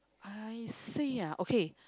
I see ah okay